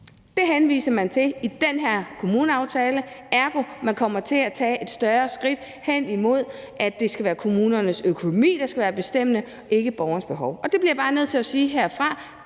Det henviser man til i den her kommuneaftale. Ergo kommer man til at tage et større skridt hen imod, at det skal være kommunernes økonomi, der skal være bestemmende, og ikke borgerens behov. Der bliver jeg bare nødt til at sige, at